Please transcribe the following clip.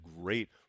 great